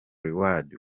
reward